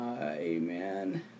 amen